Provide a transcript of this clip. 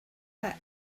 texts